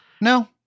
No